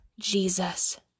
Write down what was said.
Jesus